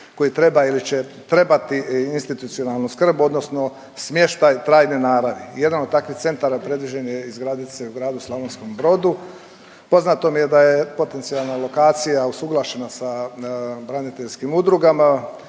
koji trebaju ili će trebati institucionalnu skrb, odnosno smještaj trajne naravi. Jedan od takvih centara predviđen je izgradit se u gradu Slavonskom Brodu. Poznato mi je da je potencijalna lokacija usuglašena sa braniteljskim udrugama